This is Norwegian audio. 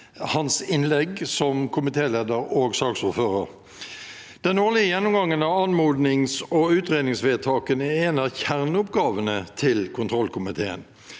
hans innlegg som komitéleder og saksordfører. Den årlige gjennomgangen av anmodnings- og utredningsvedtakene er en av kjerneoppgavene til kontrollkomiteen.